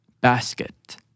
Basket